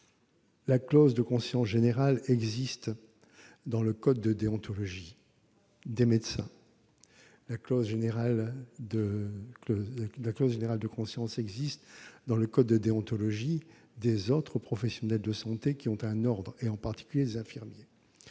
la clause de conscience générale existe dans le code de déontologie des médecins, ainsi que dans le code de déontologie des autres professionnels de santé qui ont un ordre, en particulier les infirmiers.